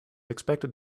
expected